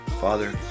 Father